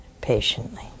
patiently